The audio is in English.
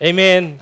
Amen